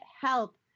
help